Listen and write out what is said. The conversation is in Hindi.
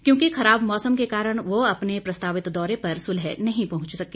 क्योंकि खराब मौसम के कारण वह अपने प्रस्तावित दौरे पर सुलह नहीं पहुंच सके